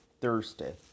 Thursday